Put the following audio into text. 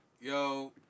Yo